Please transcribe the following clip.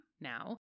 now